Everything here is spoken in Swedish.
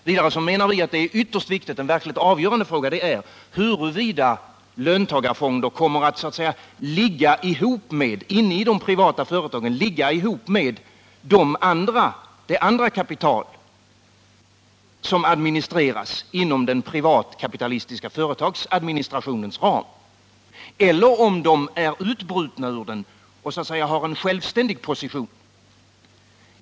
Vi menar också att en verkligt avgörande fråga är huruvida löntagarfonder kommer att inom de privata företagen så att säga ligga ihop med det andra kapital som administreras inom den privatkapitalistiska företagsadminstrationens ram, eller om de skall vara utbrutna ur den och ha en självständig position.